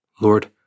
Lord